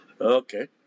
Okay